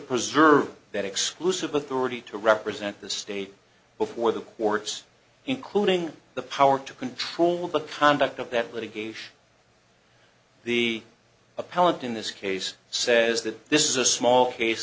preserve that exclusive authority to represent the state before the courts including the power to control the conduct of that litigation the appellant in this case says that this is a small case